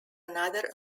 another